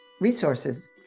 Resources